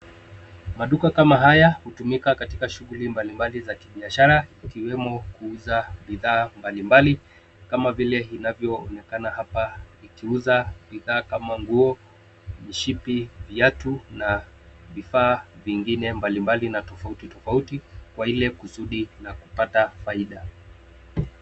Maduka kama haya hutumika katika shughuli mbalimbali za kibiashara ikiwemo kuuza bidhaa mbalimbali kama vile inavyoonekana hapa ikiuza bidhaa kama nguo, mishipi, viatu na vifaa vingine mbalimbali na tofauti tofauti, kwa ile kusudi la kupata faida.